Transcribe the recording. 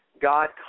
God